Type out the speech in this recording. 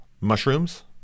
mushrooms